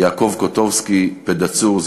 יעקב קוטובסקי פדהצור,